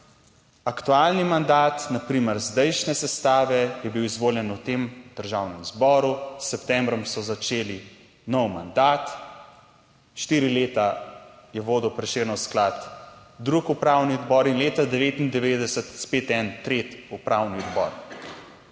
aktualni mandat, na primer zdajšnje sestave je bil izvoljen v tem Državnem zboru, s septembrom so začeli nov mandat. Štiri leta je vodil Prešernov sklad drug upravni odbor in leta 1999 spet en tretji upravni odbor.